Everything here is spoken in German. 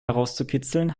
herauszukitzeln